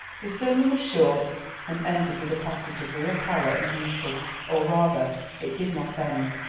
the sermon was short and ended with a passage of real power and beauty or rather it did not end,